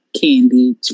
candy